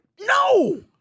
No